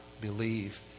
believe